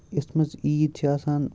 یتھ منٛز عیٖد چھِ آسان